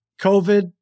COVID